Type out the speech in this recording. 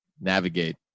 navigate